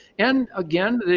and again,